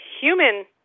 human